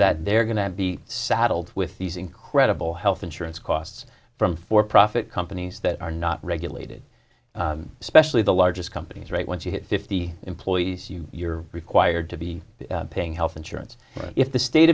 that they're going to be saddled with these incredible health insurance costs from for profit companies that are not regulated especially the largest companies right once you hit fifty employees you you're required to be paying health insurance if the state